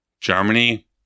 Germany